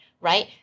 right